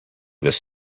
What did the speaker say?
this